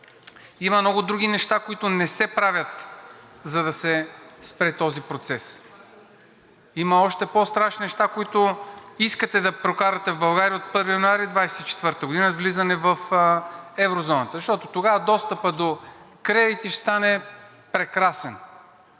има много други неща, които не се правят, за да се спре този процес. Има още по-страшни неща, които искате да прокарате в България от 1 януари 2024 г. с влизане в еврозоната. Защото тогава достъпът до кредити ще стане прекрасен,